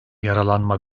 yaralanma